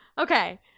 Okay